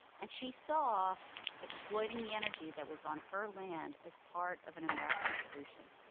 and she saw exploiting the energy that was on her land as part of an american solution